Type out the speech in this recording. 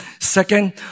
Second